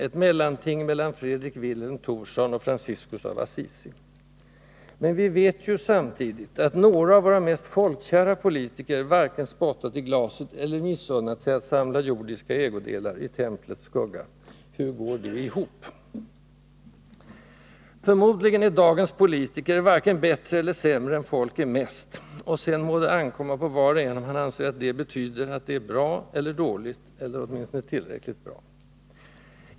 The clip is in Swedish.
ett mellanting mellan Fredrik Vilhelm Thorsson och Franciscus av Assisi. Men vi vet ju samtidigt att några av våra mest folkkära politiker varken spottat i glaset eller missunnat sig att samla jordiska ägodelar i templets skugga. Hur går det ihop? Förmodligen är dagens politiker varken bättre eller sämre än folk är mest, och sedan må det ankomma på var och en om man anser att detta betyder att det är bra eller dåligt, eller åtminstone tillräckligt bra.